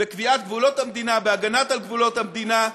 בקביעת גבולות המדינה, בהגנה על גבולות המדינה,